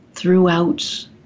throughout